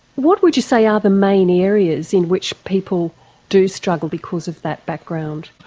what would you say are the main areas in which people do struggle because of that background?